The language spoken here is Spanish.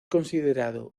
considerado